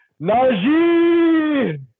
Najee